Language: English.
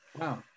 Wow